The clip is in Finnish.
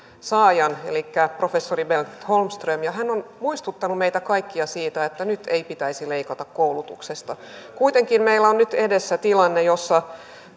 saajan elikkä professori bengt holmströmin ja hän on muistuttanut meitä kaikkia siitä että nyt ei pitäisi leikata koulutuksesta kuitenkin meillä on nyt edessä tilanne jossa